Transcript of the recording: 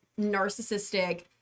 narcissistic